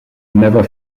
never